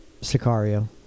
Sicario